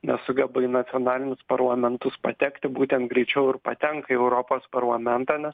nesugeba į nacionalinius parlamentus patekti būtent greičiau ir patenka į europos parlamentą nes